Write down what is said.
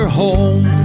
home